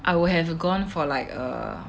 I would have gone for like err